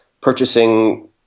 purchasing